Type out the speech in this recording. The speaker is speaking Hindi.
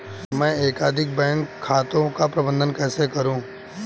मैं एकाधिक बैंक खातों का प्रबंधन कैसे करूँ?